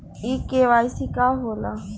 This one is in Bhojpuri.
इ के.वाइ.सी का हो ला?